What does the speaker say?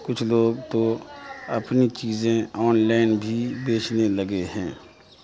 کچھ لوگ تو اپنی چیزیں آن لائن بھی بیچنے لگے ہیں